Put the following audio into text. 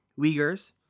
Uyghurs